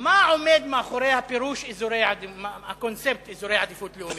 מה עומד מאחורי הקונספט "אזורי עדיפות לאומית"?